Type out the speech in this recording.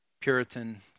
Puritan